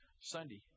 Sunday